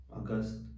August